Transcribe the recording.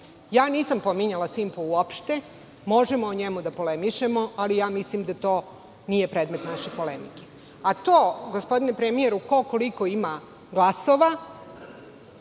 Nisam pominjala „Simpo“ uopšte. Možemo o njemu da polemišemo, ali ja mislim da to nije predmet naše polemike. To, gospodine premijeru ko koliko ima glasova,